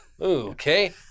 Okay